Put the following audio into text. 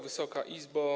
Wysoka Izbo!